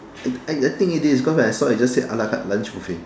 I I I think it is cause I saw it just said a-la-carte lunch buffet